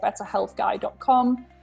betterhealthguy.com